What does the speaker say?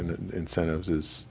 in incentives is